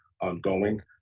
ongoing